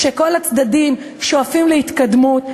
כשכל הצדדים שואפים להתקדמות,